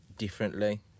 differently